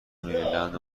مریلند